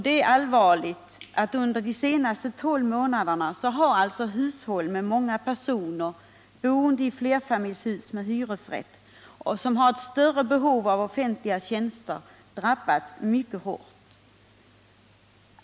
Det är allvarligt att hushåll med många personer, boende i flerfamiljshus med hyresrätt och med större behov av offentliga tjänster, under de senaste tolv månaderna har drabbats mycket hårt.